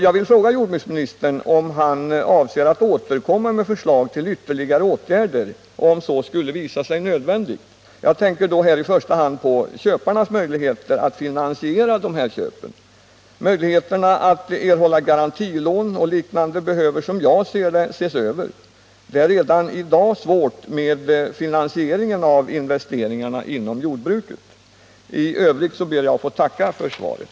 Jag vill fråga jordbruksministern om han avser att återkomma med förslag till ytterligare åtgärder om så skulle visa sig nödvändigt. Jag tänker då i första hand på köparnas möjligheter att finansiera köpen. Möjligheterna att bl.a. erhålla garantilån behöver, som jag ser det, ses över. Det är redan i dag svårt med finansieringen av investeringarna inom jordbruket. I övrigt ber jag att få tacka för svaret.